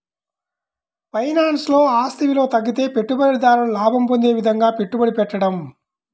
ఫైనాన్స్లో, ఆస్తి విలువ తగ్గితే పెట్టుబడిదారుడు లాభం పొందే విధంగా పెట్టుబడి పెట్టడం